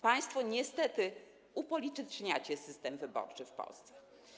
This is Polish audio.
Państwo niestety upolityczniacie system wyborczy w Polsce.